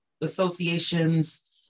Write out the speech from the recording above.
Association's